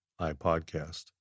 iPodcast